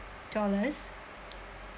dollars